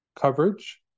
coverage